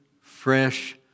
fresh